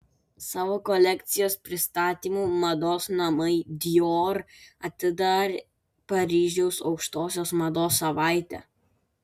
savo kolekcijos pristatymu mados namai dior atidarė paryžiaus aukštosios mados savaitę